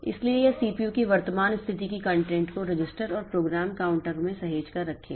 इसलिए यह सीपीयू की वर्तमान स्थिति की कंटेंट को रजिस्टर और प्रोग्राम काउंटर को सहेज कर रखेगा